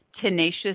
Tenacious